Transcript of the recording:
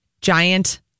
giant